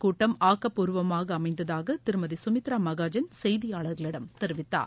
கூட்டம் ஆக்கப்பூர்வமாக அமைந்ததாக திருமதி சுமித்ரா மகாஜன் செய்தியாளர்களிடம் இந்த தெரிவித்தார்